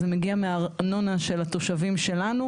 זה מגיע מארנונה של התושבים שלנו.